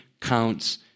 counts